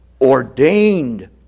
ordained